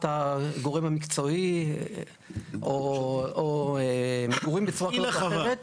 הגורם המקצועי או מגורים בצורה כזאת או אחרת,